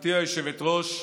גברתי היושבת-ראש,